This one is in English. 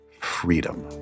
freedom